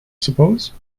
suppose